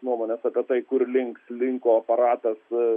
nuomonės apie tai kur link slinko aparatas e